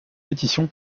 pétition